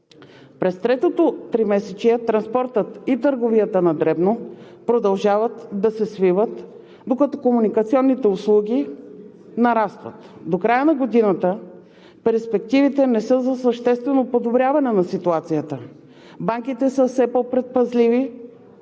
През третото тримесечие транспортът и търговията на дребно продължават да се свиват, докато комуникационните услуги нарастват. До края на годината перспективите не са за съществено подобряване на ситуацията. Банките са все по-предпазливи